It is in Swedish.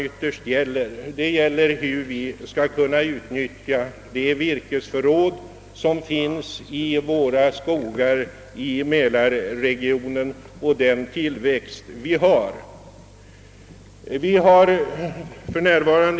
Ytterst gäller problemet hur vi skall kunna utnyttja det virkesförråd som finns i mälarregionens skogar och dessa skogars tillväxt.